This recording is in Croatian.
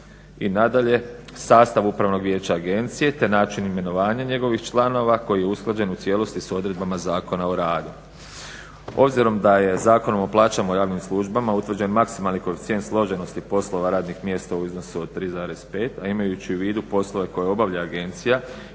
I nadalje, sastav Upravnog vijeća agencije te način imenovanja njegovih članova koji je usklađen u cijelosti s odredbama Zakona o radu. Obzirom da je Zakonom o plaćama u javnim službama utvrđen maksimalan koeficijent složenosti poslova radnih mjesta u iznosu od 3,5 a imajući u vidu poslove koje obavlja agencija